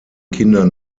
kinder